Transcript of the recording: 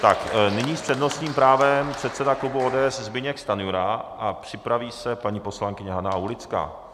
Tak nyní s přednostním právem předseda klubu ODS Zbyněk Stanjura a připraví se paní poslankyně Hana Aulická.